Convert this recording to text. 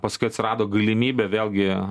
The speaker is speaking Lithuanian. paskui atsirado galimybė vėlgi